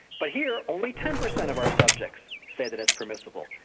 but here only ten percent of our subjects say that it's permissible,